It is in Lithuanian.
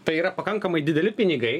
tai yra pakankamai dideli pinigai